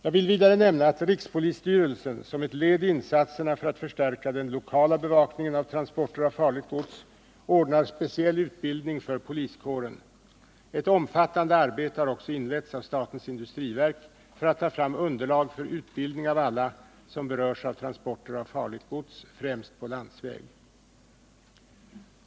Jag vill vidare nämna att rikspolisstyrelsen som ett led i insatserna för att förstärka den lokala bevakningen av transporter av farligt gods ordnar speciell utbildning för poliskåren. Ett omfattande arbete har också inletts av statens industriverk för att ta fram underlag för utbildning av alla som berörs av transporter av farligt gods främst på landsväg.